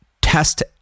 test